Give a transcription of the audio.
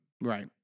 Right